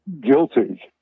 guilty